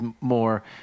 more